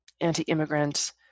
anti-immigrant